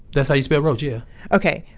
that's how you spell roach, yeah ok.